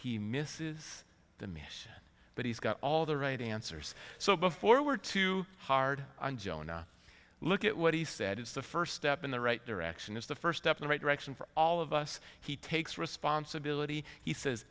he misses the mission but he's got all the right answers so before we're too hard on jonah look at what he said is the first step in the right direction is the first step in the right direction for all of us he takes responsibility he says